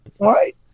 right